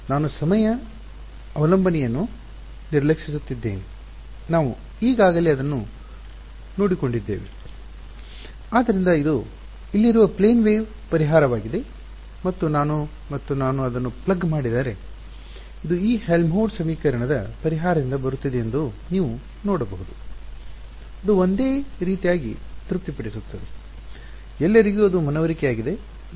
ನಾನು ಸಮಯ ಅವಲಂಬನೆಯನ್ನು ನಿರ್ಲಕ್ಷಿಸುತ್ತಿದ್ದೇನೆ ನಾವು ಈಗಾಗಲೇ ಅದನ್ನು ನೋಡಿಕೊಂಡಿದ್ದೇವೆ ಆದ್ದರಿಂದ ಇದು ಇಲ್ಲಿರುವ ಪ್ಲೇನ್ ವೇವ್ ಪರಿಹಾರವಾಗಿದೆ ಮತ್ತು ನಾನು ಮತ್ತು ನಾನು ಇದನ್ನು ಪ್ಲಗ್ ಮಾಡಿದರೆ ಇದು ಈ ಹೆಲ್ಮ್ಹೋಲ್ಟ್ಜ್ ಸಮೀಕರಣದ ಪರಿಹಾರದಿಂದ ಬರುತ್ತಿದೆ ಎಂದು ನೀವು ನೋಡಬಹುದು ಅದು ಒಂದೇ ರೀತಿಯಾಗಿ ತೃಪ್ತಿಪಡಿಸುತ್ತದೆ ಎಲ್ಲರಿಗೂ ಅದು ಮನವರಿಕೆಯಾಗಿದೆ